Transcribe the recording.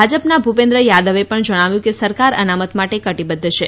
ભાજપના ભૂપેન્દ્ર યાદવે પણ જણાવ્યું કે સરકાર અનામત માટે કટિબદ્ધ છે